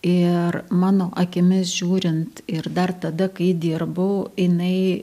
ir mano akimis žiūrint ir dar tada kai dirbau jinai